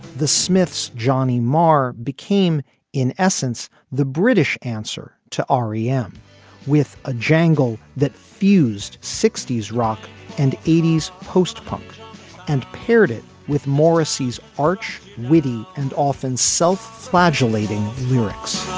the smiths. johnny marr became in essence the british answer to ari m with a jangle that fused sixty s rock and eighties post punk and paired it with morrissey's arch witty and often self flagellation lyrics